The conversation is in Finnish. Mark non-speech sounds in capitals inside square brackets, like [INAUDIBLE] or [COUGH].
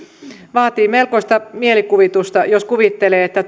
vaatii melkoista mielikuvitusta jos kuvittelee että [UNINTELLIGIBLE]